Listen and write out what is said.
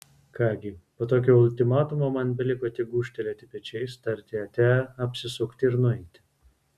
ką gi po tokio ultimatumo man beliko tik gūžtelėti pečiais tarti ate apsisukti ir nueiti